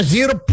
Zero